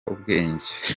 ubwenge